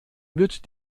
wird